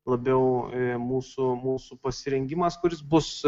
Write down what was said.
labiau mūsų mūsų pasirengimas kuris bus